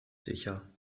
sicher